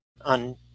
on